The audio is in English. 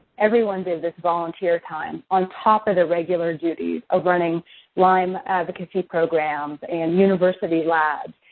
everyone's in this volunteer time on top of their regular duties of running lyme advocacy programs and university labs.